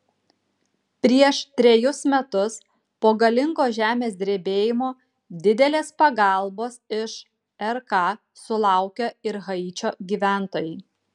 prieš trejus metus po galingo žemės drebėjimo didelės pagalbos iš rk sulaukė ir haičio gyventojai